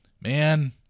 Man